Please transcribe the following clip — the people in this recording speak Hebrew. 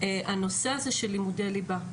הנושא הזה של לימודי ליבה,